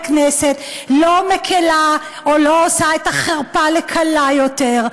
כנסת לא מקלה או עושה את החרפה לקלה יותר,